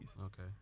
Okay